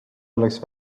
oleks